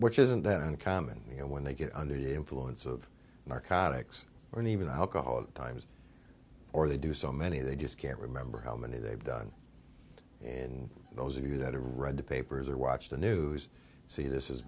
which isn't that uncommon you know when they get under the influence of narcotics or even alcohol at times or they do so many they just can't remember how many they've done and those of you that have read the papers or watch the news see this